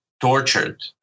tortured